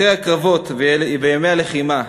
אחרי הקרבות וימי הלחימה